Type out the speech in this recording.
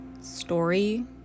story